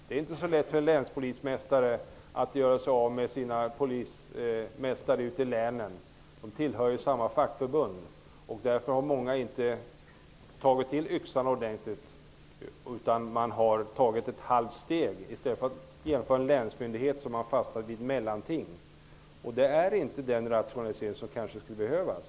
Det är inte så lätt för en länspolismästare att göra sig av med sina polismästare ute i länet. De tillhör ju samma fackförbund. Av den anledningen har många inte tagit till yxan ordentligt utan bara tagit ett halvt steg. I stället för att genomföra en organisationsform med en länsmyndighet har man fastnat i ett mellanting. Det är inte den rationalisering som skulle behövas.